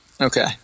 Okay